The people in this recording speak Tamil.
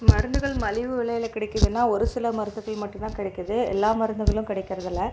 மருந்துகள் மலிவு விலையில கிடைக்குதுன்னா ஒரு சில மருந்துகள் மட்டும் தான் கிடைக்குது எல்லா மருந்துகளும் கிடைக்கிறது இல்லை